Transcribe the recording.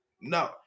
No